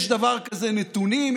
יש דבר כזה נתונים,